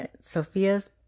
Sophia's